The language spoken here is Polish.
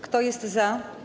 Kto jest za?